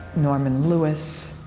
norman lewis.